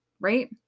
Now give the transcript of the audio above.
right